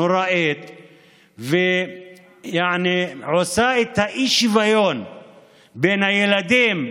נוראית, ויעני עושה את האי-שוויון בין הילדים.